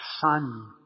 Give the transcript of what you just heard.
Son